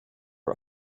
one